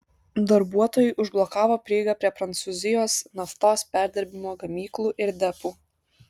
darbuotojai užblokavo prieigą prie prancūzijos naftos perdirbimo gamyklų ir depų